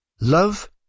Love